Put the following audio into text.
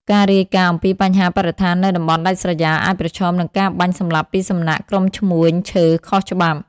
ការរាយការណ៍អំពីបញ្ហាបរិស្ថាននៅតំបន់ដាច់ស្រយាល អាចប្រឈមនឹងការបាញ់សម្លាប់ពីសំណាក់ក្រុមឈ្មួញឈើខុសច្បាប់។